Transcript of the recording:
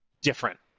different